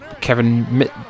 Kevin